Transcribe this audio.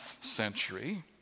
century